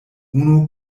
unu